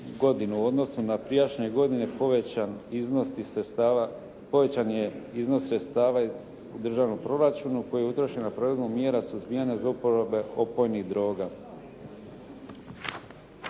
odnosu na prijašnje godine povećan je iznos sredstava u državnom proračunu koji je utrošen na provedbu mjera suzbijanja zlouporabe opojnih droga.